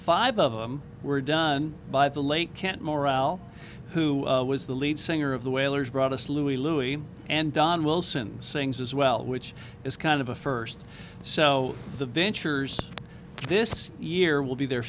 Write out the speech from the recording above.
five of them were done by the late can't morale who was the lead singer of the wailers brought us louie louie and don wilson sings as well which is kind of a first so the ventures this year will be their